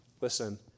Listen